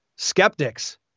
skeptics